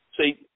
See